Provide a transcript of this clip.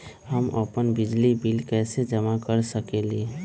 हम अपन बिजली बिल कैसे जमा कर सकेली?